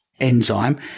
enzyme